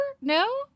no